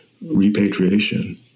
repatriation